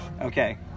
Okay